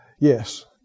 Yes